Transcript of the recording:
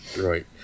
Right